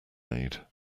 made